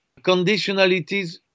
conditionalities